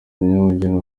umunyabugeni